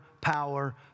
power